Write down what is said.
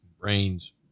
Brains